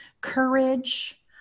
courage